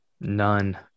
None